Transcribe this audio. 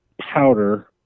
powder